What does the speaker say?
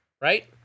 right